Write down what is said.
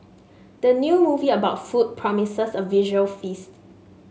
the new movie about food promises a visual feast